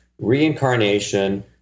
reincarnation